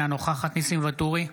אינה נוכחת ניסים ואטורי,